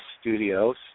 Studios